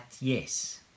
yes